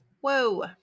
whoa